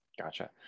Gotcha